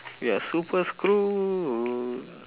we are super screwed